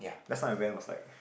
just now I went was like